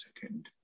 second